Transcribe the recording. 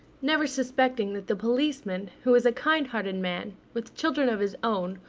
never suspecting that the policeman, who was a kind-hearted man, with children of his own,